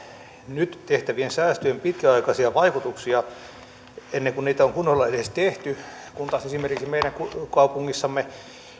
nyt tehtävien säästöjen pitkäaikaisia vaikutuksia ennen kuin niitä on kunnolla edes tehty kun taas esimerkiksi meidän kaupungissamme